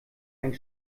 einen